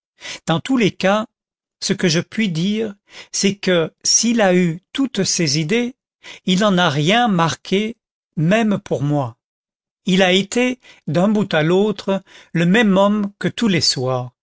dans tous les cas ce que je puis dire c'est que s'il a eu toutes ces idées il n'en a rien marqué même pour moi il a été d'un bout à l'autre le même homme que tous les soirs